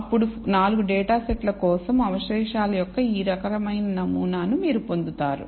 అప్పుడు 4 డేటా సెట్ల కోసం అవశేషాల యొక్క ఈ రకమైన నమూనా మీరు పొందుతారు